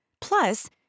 Plus